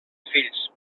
fills